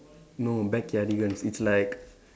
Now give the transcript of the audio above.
no Backyardigans it's like